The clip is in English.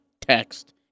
text